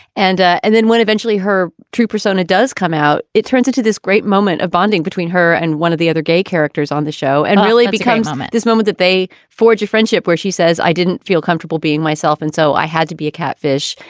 and. ah and then when eventually her true persona does come out, it turns into this great moment of bonding between her and one of the other gay characters on the show and really becomes um at this moment that they forge a friendship where she says, i didn't feel comfortable being myself. and so i had to be a catfish.